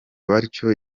batyo